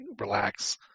relax